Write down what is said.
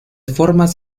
formas